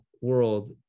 world